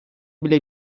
bile